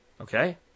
Okay